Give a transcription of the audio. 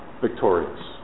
victorious